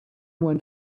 went